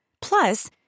Plus